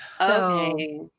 Okay